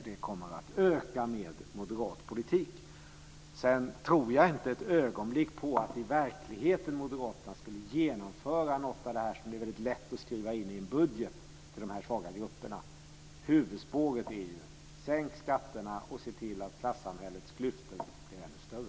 Det kommer att öka med moderat politik. Jag tror inte ett ögonblick på att Moderaterna i verkligheten skulle genomföra något av det som det är så väldigt lätt att skriva in i en budget om de svaga grupperna. Huvudspåret är: Sänk skatterna och se till att klassamhällets klyftor blir ännu större.